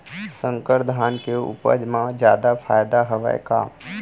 संकर धान के उपज मा जादा फायदा हवय का?